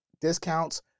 discounts